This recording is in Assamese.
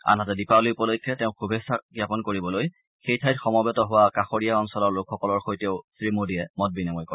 আনহাতে দীপাবলী উপলক্ষে তেওঁক শুভেচ্ছা জ্ঞাপন কৰিবলৈ সেই ঠাইত সমবেত হোৱা কাষৰীয়া অঞ্চলৰ লোকসকলৰ সৈতেও শ্ৰীমোদীয়ে মত বিনিময় কৰে